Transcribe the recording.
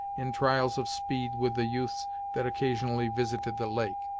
in trials of speed with the youths that occasionally visited the lake.